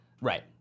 Right